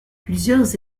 plusieurs